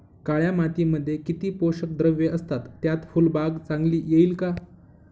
काळ्या मातीमध्ये किती पोषक द्रव्ये असतात, त्यात फुलबाग चांगली येईल का?